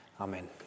Amen